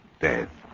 death